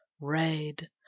Red